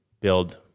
build